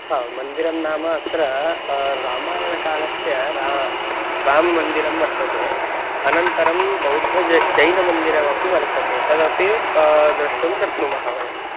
हा मन्दिरं नाम अत्र रामायणकालस्य रा राममन्दिरं वर्तते अनन्तरं बौद्ध जै जैनमन्दिरमपि वर्तते तदपि द्रष्टुं शक्नुमः वयं